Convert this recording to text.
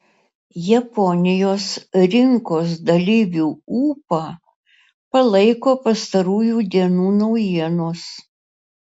japonijos rinkos dalyvių ūpą palaiko pastarųjų dienų naujienos